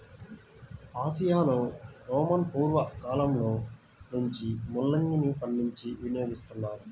ఆసియాలో రోమను పూర్వ కాలంలో నుంచే ముల్లంగిని పండించి వినియోగిస్తున్నారు